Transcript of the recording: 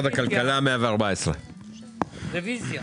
רוויזיה.